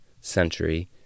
century